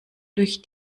durch